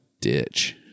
ditch